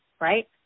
right